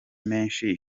menshi